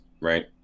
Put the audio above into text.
right